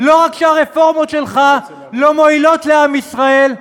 לא רק שהרפורמות שלך לא מועילות לעם ישראל,